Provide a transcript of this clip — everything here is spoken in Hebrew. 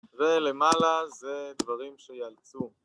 ולמעלה זה דברים שיאלצו